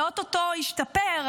זה או-טו-טו ישתפר,